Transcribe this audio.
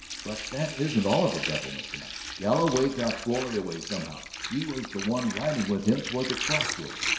but that isn't all of the devilment to-night. galloway got florrie away somehow she was the one riding with him toward the crossroads.